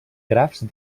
grafs